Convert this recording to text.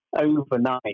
overnight